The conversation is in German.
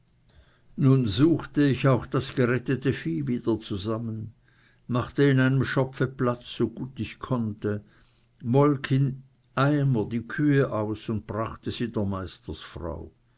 nun suchte ich auch das gerettete vieh wieder zusammen machte in einem schopfe platz so gut ich konnte molk in eimer die kühe aus und brachte sie der meistersfrau